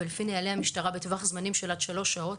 ולפי נוהלי המשטרה בטווח זמנים של עד שלוש שעות